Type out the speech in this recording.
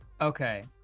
Okay